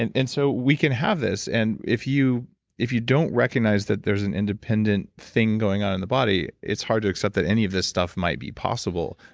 and and so we can have this, and if you if you don't recognize that there's an independent thing going on in the body, it's hard to accept that any of this stuff might be possible,